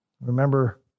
Remember